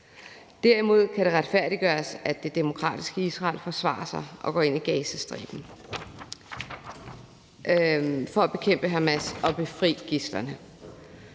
Derimod kan det retfærdiggøres, at det demokratiske Israel forsvarer sig og går ind i Gazastriben for at bekæmpe Hamas og befri gidslerne.